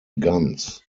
guns